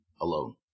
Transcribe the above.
alone